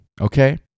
okay